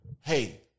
hey